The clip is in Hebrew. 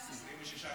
26 מיליארד שקל.